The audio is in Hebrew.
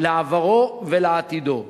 לעברו ולעתידו,